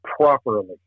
properly